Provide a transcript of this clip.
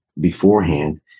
beforehand